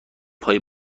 پای